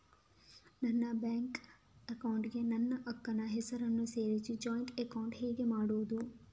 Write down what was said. ನನ್ನ bank account ಗೆ ನನ್ನ ಅಕ್ಕ ನ ಹೆಸರನ್ನ ಸೇರಿಸಿ ಜಾಯಿನ್ ಅಕೌಂಟ್ ಹೇಗೆ ಮಾಡುದು?